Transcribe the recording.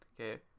Okay